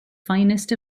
finest